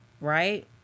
right